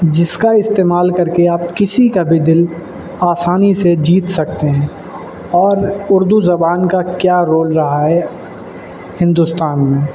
جس کا استعمال کر کے آپ کسی کا بھی دل آسانی سے جیت سکتے ہیں اور اردو زبان کا کیا رول رہا ہے ہندوستان میں